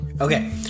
Okay